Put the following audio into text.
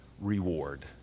reward